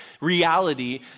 reality